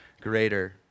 greater